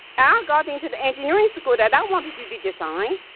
ah got into the engineering school that i wanted to do design,